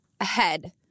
ahead